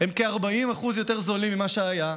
הם כ-40% יותר זולים ממה שהיה,